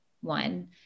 one